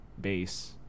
base